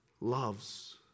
loves